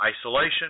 isolation